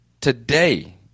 today